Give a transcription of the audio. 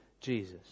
Jesus